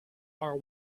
are